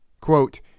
Quote